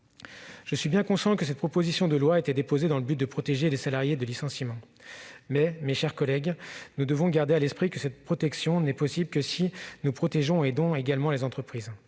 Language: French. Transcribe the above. Je suis bien conscient que cette proposition de loi a été déposée dans le but de protéger les salariés des licenciements. Cependant, mes chers collègues, nous devons garder à l'esprit que cette protection n'est possible que si nous aidons également les entreprises.